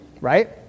right